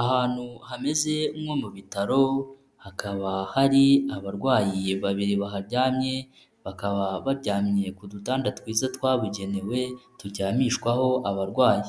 Ahantu hameze nko mu bitaro, hakaba hari abarwayi babiri baharyamye, bakaba baryamye ku dutanda twiza twabugenewe turyamishwaho abarwayi,